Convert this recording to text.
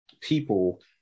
people